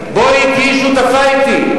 בואי תהיי שותפה אתי.